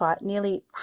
nearly